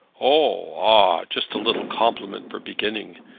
oh, ah just a little compliment for beginning.